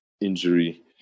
injury